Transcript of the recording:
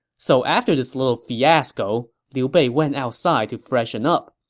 so after this little fiasco, liu bei went outside to freshen up.